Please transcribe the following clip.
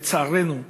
לצערנו,